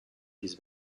his